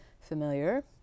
familiar